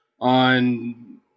on